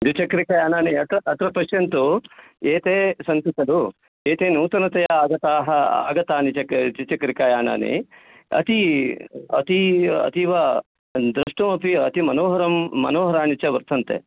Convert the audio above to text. द्विचक्रिकायानानि अत् अत्र पश्यन्तु एते सन्ति खलु एते नूतनतया आगताः आगतानि चक्र द्वि द्विचक्रयानानि अती अतीव अतीव द्रष्टुमपि अतीमनोहरं मनोहराणि च वर्तन्ते